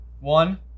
one